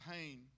pain